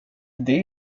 det